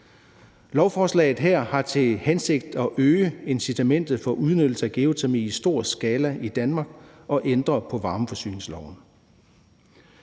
Lovforslaget her har til hensigt at øge incitamentet til udnyttelse af geotermi i stor skala i Danmark og ændre på varmeforsyningsloven.